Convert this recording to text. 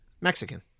Mexican